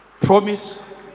promise